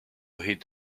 hit